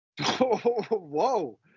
Whoa